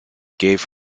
gave